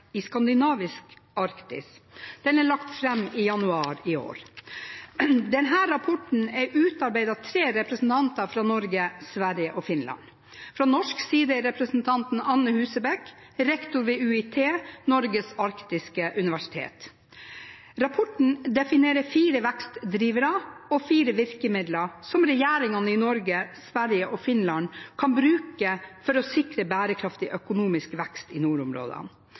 i skandinavisk Arktis? Den ble lagt fram i januar i år. Denne rapporten er utarbeidet av tre representanter fra Norge, Sverige og Finland. Fra norsk side er representanten Anne Husebekk, rektor ved UiT, Norges arktiske universitet. Rapporten definerer fire vekstdrivere og fire virkemidler som regjeringene i Norge, Sverige og Finland kan bruke for å sikre bærekraftig økonomisk vekst i nordområdene.